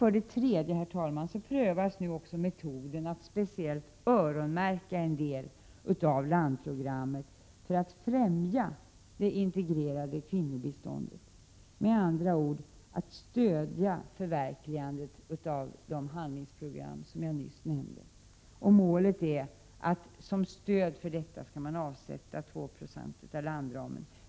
För det tredje prövas nu också metoden att speciellt öronmärka en del av landprogrammet för att främja det integrerade kvinnobiståndet, med andra ord att stödja förverkligandet av de handlingsprogram som jag nyss nämnde. Målet är att man som stöd för detta skall avsätta 2 26 av landramen.